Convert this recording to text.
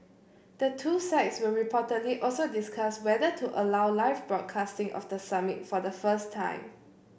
the two sides will reportedly also discuss whether to allow live broadcasting of the summit for the first time